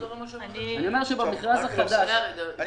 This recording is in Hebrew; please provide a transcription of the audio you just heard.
אני